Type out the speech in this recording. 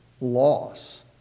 loss